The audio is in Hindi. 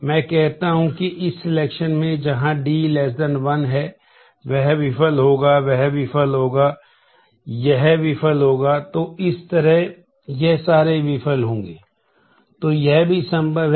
मैं कहता हूं कि इस सिलेक्शन है